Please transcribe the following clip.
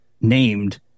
named